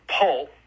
pull